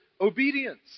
obedience